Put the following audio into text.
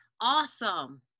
awesome